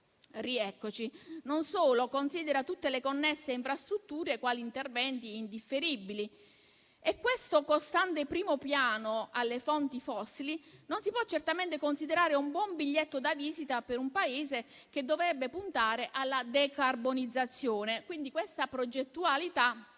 Governo considera tutte le connesse infrastrutture quali interventi indifferibili. Questo costante primo piano alle fonti fossili non si può certamente considerare un buon biglietto da visita per un Paese che dovrebbe puntare alla decarbonizzazione. Questa progettualità sembra